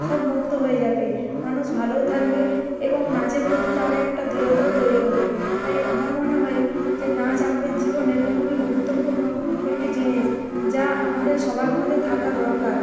সব মুক্ত হয়ে যাবে মানুষ ভালোও থাকবে এবং নাচের প্রতি তার একটা দৃঢ়তাও তৈরি হবে তাই আমার মনে হয় যে নাচ আমাদের জীবনের খুবই গুরুত্বপূর্ণ একটি জিনিস যা আমাদের সবার মধ্যে থাকা দরকার